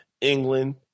England